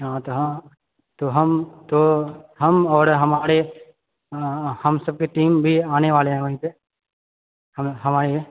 हाँ तऽ हाँ तो हम तो हम आओर हमारे अऽ हमसभके टीम भी आने वाले है वहीपे हँ हम आएँगे